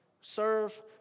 Serve